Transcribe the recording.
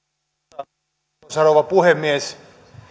arvoisa rouva puhemies